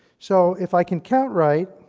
so, if i can count right,